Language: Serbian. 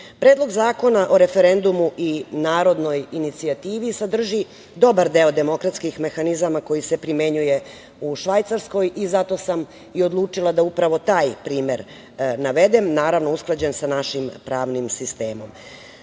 zakona o referendumu i narodnoj inicijativi sadrži dobar deo demokratskih mehanizama koji se primenjuje u Švajcarskoj. Zato sam odlučila da upravo taj primer navedem, naravno usklađen sa našim pravnim sistemom. Predlog